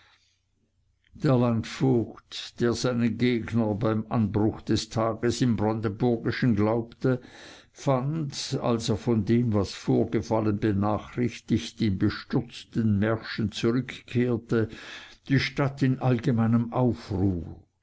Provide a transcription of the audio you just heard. der landvogt der seinen gegner beim anbruch des tages im brandenburgischen glaubte fand als er von dem was vorgefallen benachrichtigt in bestürzten märschen zurückkehrte die stadt in allgemeinem aufruhr